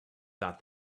thought